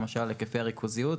למשל היקפי הריכוזיות.